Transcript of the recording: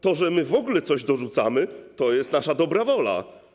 To, że my w ogóle coś dorzucamy, to jest nasza dobra wola.